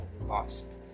lost